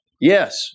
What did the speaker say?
Yes